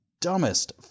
dumbest